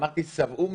אמרתי: שבעו מלחמות.